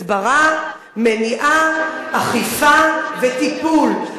הסברה, מניעה, אכיפה וטיפול.